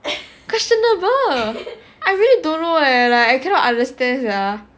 questionable I really don't know leh I cannot understand sia